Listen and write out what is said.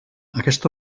aquesta